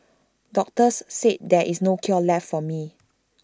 doctors said there is no cure left for me